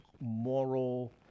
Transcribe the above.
moral